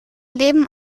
leben